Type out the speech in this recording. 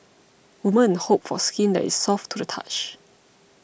women hope for skin that is soft to the touch